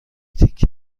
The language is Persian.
تیکه